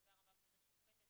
תודה רבה, כבוד השופטת.